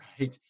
Right